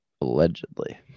Allegedly